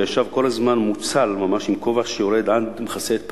וישב כל הזמן מוצל ממש עם כובע שיורד ומכסה את פניו,